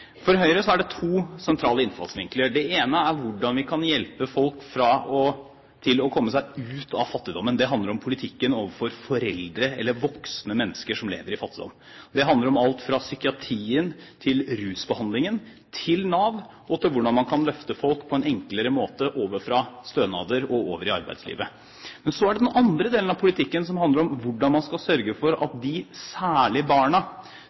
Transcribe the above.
For Høyre er det to sentrale innfallsvinkler. Den ene er hvordan vi kan hjelpe folk til å komme seg ut av fattigdommen. Det handler om politikken overfor foreldre – voksne mennesker som lever i fattigdom. Det handler om alt fra psykiatrien til rusbehandlingen, til Nav og hvordan man på en enklere måte kan løfte folk fra stønader og over i arbeidslivet. Men så er det den andre delen av politikken som handler om hvordan man skal sørge for at særlig barna